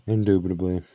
Indubitably